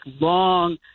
long